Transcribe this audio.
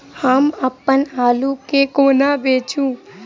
हम अप्पन आलु केँ कोना बेचू?